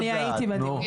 אני הייתי בדיון,